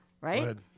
Right